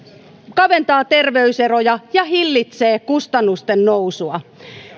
kaventaa terveyseroja ja hillitsee kustannusten nousua